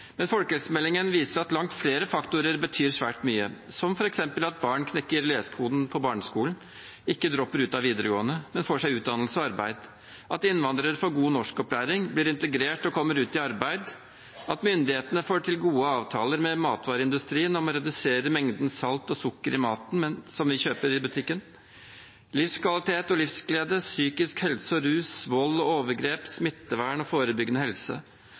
Men folkehelsemeldingen viser at langt flere faktorer betyr svært mye, som f.eks. at barn knekker lesekoden på barneskolen og ikke dropper ut av videregående, men får seg utdannelse og arbeid, at innvandrere får god norskopplæring, blir integrert og kommer ut i arbeid, at myndighetene får til gode avtaler med matvareindustristrien om å redusere mengden salt og sukker i maten som vi kjøper i butikken, livskvalitet, livsglede, psykisk helse og rus, vold og overgrep, smittevern og forebyggende helse,